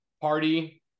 party